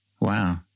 wow